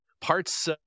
parts